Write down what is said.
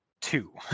Two